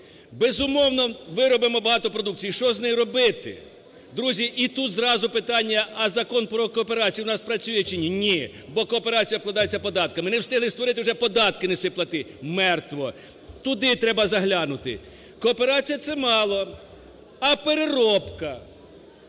Безумовно, виробимо багато продукції і що з нею робити? Друзі, і тут зразу питання, а Закон про кооперацію в нас працює чи ні? Ні, бо кооперація обкладається податками, не встигли створити, вже податки неси плати, мертво, туди треба заглянути. Кооперація це мало, а переробка,